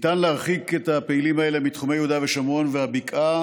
אפשר להרחיק את הפעילים האלה מתחומי יהודה והשומרון והבקעה